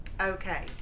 Okay